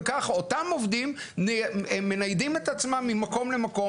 וכך אותם עובדים מניידים את עצמם ממקום למקום